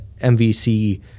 MVC